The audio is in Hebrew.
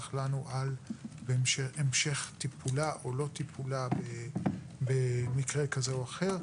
לנו על המשך טיפולה או לא טיפולה במקרה כזה או אחר.